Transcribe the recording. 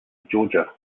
georgia